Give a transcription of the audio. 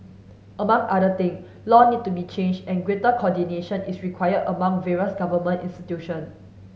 among other thing law need to be changed and greater coordination is required among various government institution